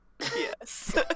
Yes